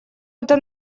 это